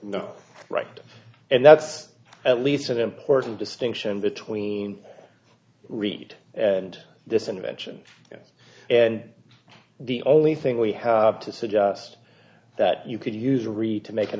no right and that's at least an important distinction between reed and this invention and the only thing we have to suggest that you could use a reed to make an